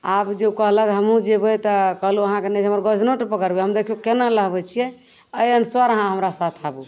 आब जे कहलक हमहूँ जेबै तऽ कहलहुॅं अहाँके नहि हमर गोझनोट पकड़बै हम देखियौ केना नहबै छियै आएँ एहि अनुसर अहाँ हमरा साथ आबू